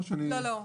לא, לא.